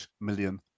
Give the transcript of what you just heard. million